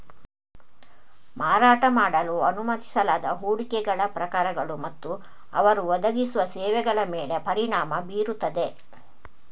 ಮಾರಾಟ ಮಾಡಲು ಅನುಮತಿಸಲಾದ ಹೂಡಿಕೆಗಳ ಪ್ರಕಾರಗಳು ಮತ್ತು ಅವರು ಒದಗಿಸುವ ಸೇವೆಗಳ ಮೇಲೆ ಪರಿಣಾಮ ಬೀರುತ್ತದೆ